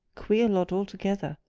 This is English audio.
queer lot altogether!